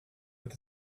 with